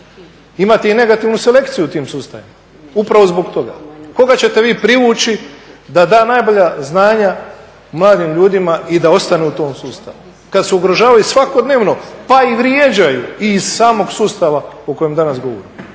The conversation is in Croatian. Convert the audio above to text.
Imate i negativnu selekciju u tim sustavima upravo zbog toga. Koga ćete vi privući da da najbolja znanja mladim ljudima i da ostanu u tom sustavu, kada se ugrožavaju svakodnevno pa i vrijeđaju i iz samog sustava o kojem danas govorimo